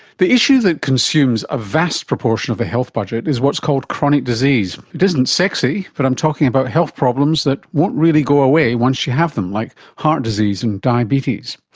the issue that consumes a vast proportion of the health budget is what's called chronic disease. it isn't sexy but i'm talking about health problems that won't really go away once you have them, like heart disease and diabetes.